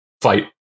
fight